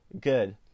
good